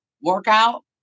workout